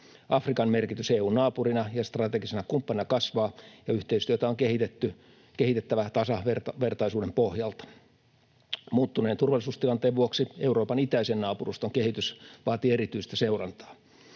Afrikan merkitys EU:n naapurina ja strategisena kumppanina kasvaa, ja yhteistyötä on kehitettävä tasavertaisuuden pohjalta. Muuttuneen turvallisuustilanteen vuoksi Euroopan itäisen naapuruston kehitys vaatii erityistä seurantaa.